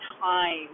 time